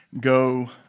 go